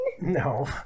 No